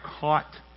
caught